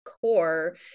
core